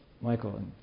Michael